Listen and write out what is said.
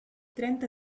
trenta